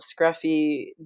scruffy